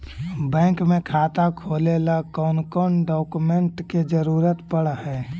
Bank में खाता खोले ल कौन कौन डाउकमेंट के जरूरत पड़ है?